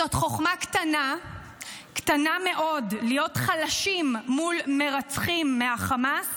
זו חוכמה קטנה מאוד להיות חלשים מול מרצחים מהחמאס